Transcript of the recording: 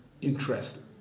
interest